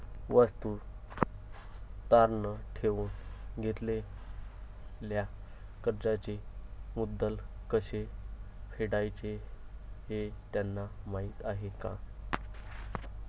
वस्तू तारण ठेवून घेतलेल्या कर्जाचे मुद्दल कसे फेडायचे हे त्यांना माहीत आहे का?